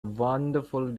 wonderful